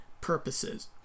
purposes